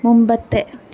മുമ്പത്തെ